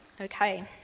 Okay